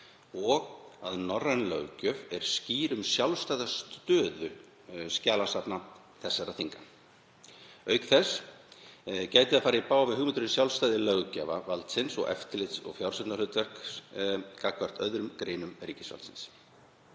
og að norræn löggjöf er skýr um sjálfstæða stöðu skjalasafna þessara þinga. Auk þess gæti það farið í bága við hugmyndir um sjálfstæði löggjafarvaldsins og eftirlits- og fjárstjórnarhlutverk gagnvart öðrum greinum ríkisvaldsins.